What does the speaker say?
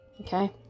Okay